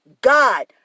God